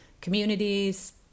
communities